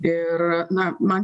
ir na man